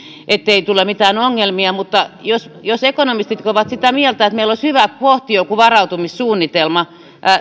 ettei tule mitään ongelmia mutta jos jos ekonomistit ovat sitä mieltä että meillä olisi hyvä pohtia joku varautumissuunnitelma